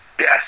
Yes